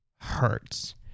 hurts